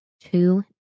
two